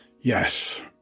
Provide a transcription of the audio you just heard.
Yes